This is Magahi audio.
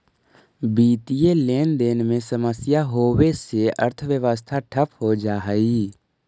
वित्तीय लेनदेन में समस्या होवे से अर्थव्यवस्था ठप हो जा हई